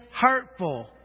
hurtful